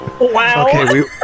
Wow